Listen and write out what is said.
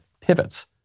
pivots